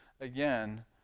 again